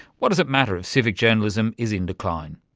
what does it matter if civic journalism is in decline?